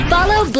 Follow